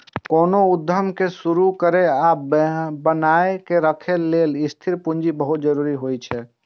कोनो उद्यम कें शुरू करै आ बनाए के राखै लेल स्थिर पूंजी बहुत जरूरी होइ छै